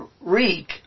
reek